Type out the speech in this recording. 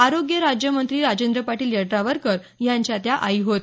आरोग्य राज्यमंत्री राजेंद्र पाटील यड्रावकर यांच्या त्या आई होत